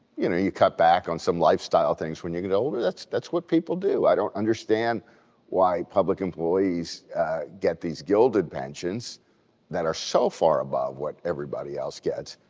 you know you cut back on some lifestyle and things when you get older. that's that's what people do. i don't understand why public employees get these gilded pensions that are so far above what everybody else gets.